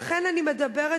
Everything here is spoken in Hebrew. לכן אני מדברת,